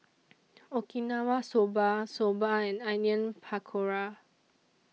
Okinawa Soba Soba and Onion Pakora